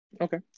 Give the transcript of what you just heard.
Okay